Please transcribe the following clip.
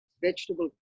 vegetable